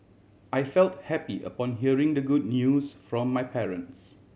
I felt happy upon hearing the good news from my parents